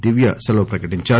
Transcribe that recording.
దివ్య సెలవు ప్రకటించారు